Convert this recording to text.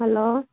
hello